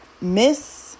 Miss